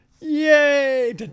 Yay